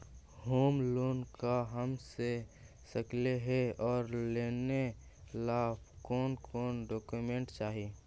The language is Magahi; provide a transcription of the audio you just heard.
होम लोन का हम ले सकली हे, और लेने ला कोन कोन डोकोमेंट चाही?